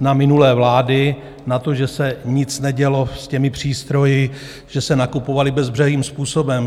na minulé vlády, na to, že se nic nedělo s těmi přístroji, že se nakupovaly bezbřehým způsobem.